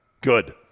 Good